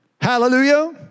Hallelujah